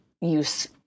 use